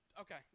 okay